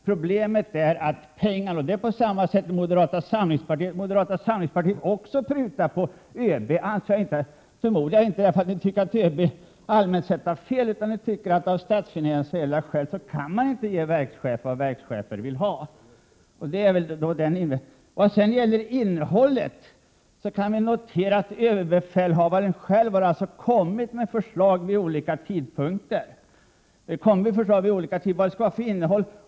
Problemet gäller pengar, och där är det på samma sätt med moderata samlingspartiet. Även ni prutar på vad ÖB föreslår. Jag förmodar att det inte är därför att ni tycker att ÖB allmänt sett har fel utan därför att ni tycker att man av statsfinansiella skäl inte kan ge verkschefer vad verkschefer vill ha. Vad gäller innehållet i förslagen kan vi notera att överbefälhavaren själv vid olika tidpunkter har kommit med olika förslag.